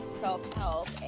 self-help